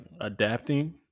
adapting